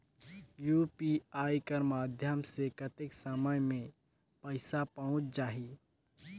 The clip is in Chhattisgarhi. यू.पी.आई कर माध्यम से कतेक समय मे पइसा पहुंच जाहि?